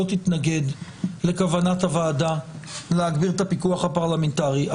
לא תתנגד לכוונת הוועדה להגביר את הפיקוח הפרלמנטרי.